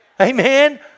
amen